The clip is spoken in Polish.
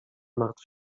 martw